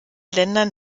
ländern